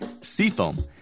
Seafoam